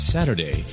Saturday